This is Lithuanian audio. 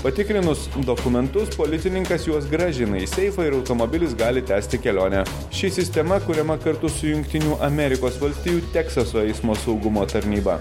patikrinus dokumentus policininkas juos grąžina į seifą ir automobilis gali tęsti kelionę ši sistema kuriama kartu su jungtinių amerikos valstijų teksaso eismo saugumo tarnyba